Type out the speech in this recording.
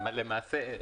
למעשה,